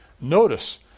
Notice